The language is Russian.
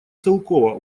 целкова